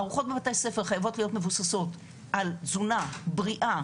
ארוחות בבתי הספר חייבות להיות מבוססות על תזונה בריאה,